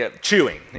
chewing